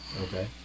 okay